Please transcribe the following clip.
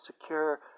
secure